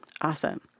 Awesome